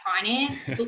finance